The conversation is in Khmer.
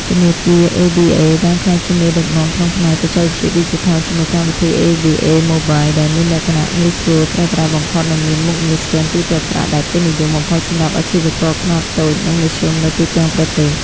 ធនាគារ អេប៊ីអេ (ABA ) បានក្លាយជាមេដឹកនាំក្នុងផ្នែកបច្ចេកវិទ្យាឌីជីថល ជាមួយកម្មវិធី ABA Mobile ដែលមានលក្ខណៈងាយស្រួលប្រើប្រាស់បំផុត និងមានមុខងារស្កែនទូទាត់ប្រាក់ដែលពេញនិយមបំផុតសម្រាប់អាជីវករខ្នាតតូច និងមធ្យមនៅទូទាំងប្រទេស។